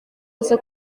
aza